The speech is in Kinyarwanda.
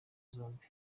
zombi